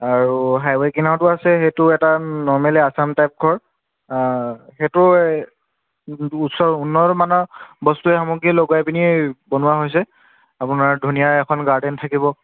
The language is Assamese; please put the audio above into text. আৰু হাইৱেৰ কিনাৰতো আছে সেইটোও এটা নৰ্মেলেই আছাম টাইপৰ ঘৰ সেইটো ওচৰ উন্নত মানৰ বস্তু সামগ্ৰী লগাই পিনি বনোৱা হৈছে আপোনাৰ ধুনীয়া এখন গাৰ্ডেন থাকিব